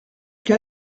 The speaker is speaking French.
qu’à